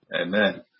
Amen